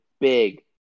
big